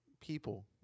people